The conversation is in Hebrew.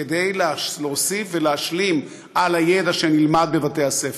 כדי להוסיף ולהשלים על הידע שנלמד בבתי-הספר.